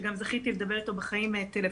שגם זכיתי לדבר איתו טלפונית.